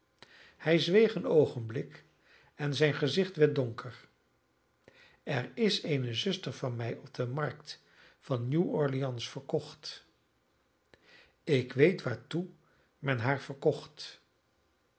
hij zweeg een oogenblik en zijn gezicht werd donker er is eene zuster van mij op de markt van dat nieuw orleans verkocht ik weet waartoe men haar verkocht